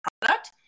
product